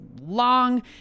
long